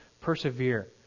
persevere